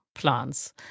Plants